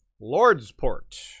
Lord'sport